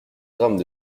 grammes